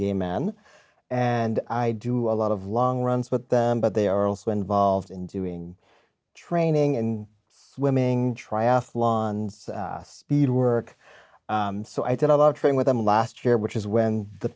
gay man and i do a lot of long runs with them but they are also involved in doing training and swimming triathlons speed work so i did a lot of train with them last year which is when the